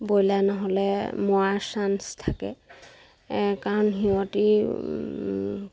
broiler নহ'লে মৰাৰ chance থাকে কাৰণ সিহঁতি